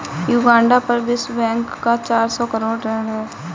Uganda पर विश्व bank का चार सौ करोड़ ऋण है